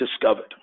discovered